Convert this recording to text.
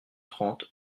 trente